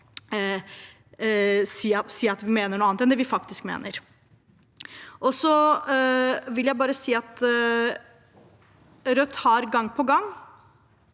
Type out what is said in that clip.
å si at vi mener noe annet enn det vi faktisk mener. Så vil jeg bare si at Rødt gang på gang